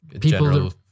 people